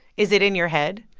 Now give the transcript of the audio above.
is it in your head?